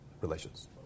relations